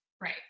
Right